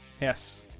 Yes